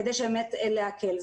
כדי להקל.